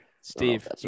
Steve